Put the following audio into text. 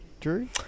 Drew